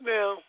Now